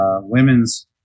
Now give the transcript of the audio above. women's